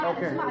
Okay